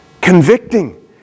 convicting